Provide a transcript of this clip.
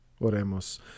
oremos